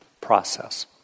process